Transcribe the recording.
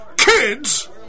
Kids